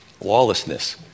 Lawlessness